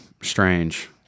strange